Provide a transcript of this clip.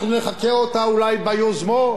אנחנו נחקה אותה אולי ביוזמות,